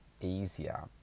easier